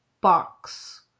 box